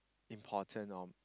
important or